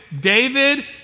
David